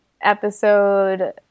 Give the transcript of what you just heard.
episode